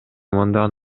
мындан